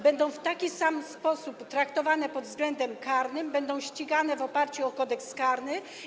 Będą w taki sam sposób traktowane pod względem karnym, będą ścigane w oparciu o Kodeks karny.